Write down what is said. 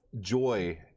joy